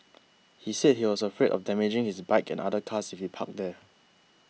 he said he was afraid of damaging his bike and other cars if he parked there